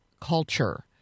culture